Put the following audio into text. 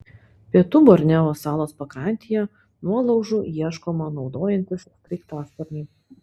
pietų borneo salos pakrantėje nuolaužų ieškoma naudojantis sraigtasparniais